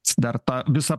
ci dar ta visą